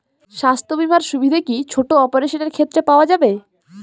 স্বাস্থ্য বীমার সুবিধে কি ছোট অপারেশনের ক্ষেত্রে পাওয়া যাবে?